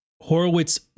horowitz